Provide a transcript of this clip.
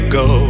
go